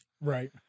Right